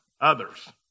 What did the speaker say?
others